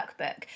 workbook